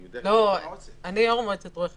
אני יודע שזו מועצת --- אני יו"ר מועצת רואי החשבון,